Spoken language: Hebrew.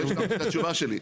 לא השלמתי את התשובה שלי.